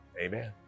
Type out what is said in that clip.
Amen